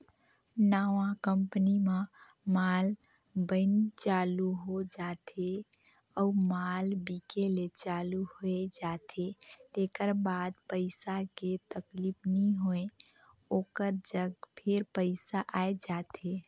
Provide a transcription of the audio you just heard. नवा कंपनी म माल बइन चालू हो जाथे अउ माल बिके ले चालू होए जाथे तेकर बाद पइसा के तकलीफ नी होय ओकर जग फेर पइसा आए जाथे